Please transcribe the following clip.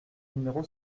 numéro